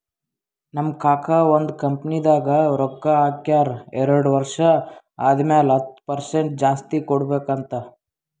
ನಮ್ ಕಾಕಾ ಒಂದ್ ಕಂಪನಿದಾಗ್ ರೊಕ್ಕಾ ಹಾಕ್ಯಾರ್ ಎರಡು ವರ್ಷ ಆದಮ್ಯಾಲ ಹತ್ತ್ ಪರ್ಸೆಂಟ್ ಜಾಸ್ತಿ ಕೊಡ್ಬೇಕ್ ಅಂತ್